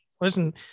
listen